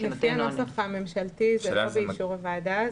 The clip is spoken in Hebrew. לפי הנוסח הממשלתי זה לא באישור הוועדה.